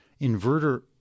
inverter